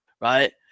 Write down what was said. right